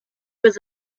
was